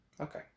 Okay